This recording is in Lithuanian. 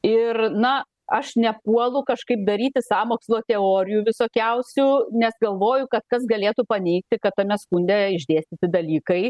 ir na aš nepuolu kažkaip daryti sąmokslo teorijų visokiausių nes galvoju kad kas galėtų paneigti kad tame skunde išdėstyti dalykai